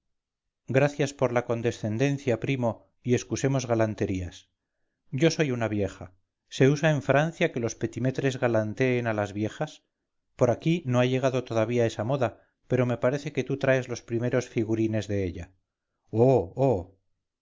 gracias por la condescendencia primo y excusemos galanterías yo soy una vieja se usa en francia que los petimetres galanteen a las viejas por aquí no ha llegado todavía esa moda pero me parece que tú traes los primeros figurines de ella oh